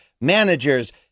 managers